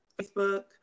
Facebook